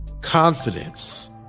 confidence